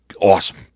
Awesome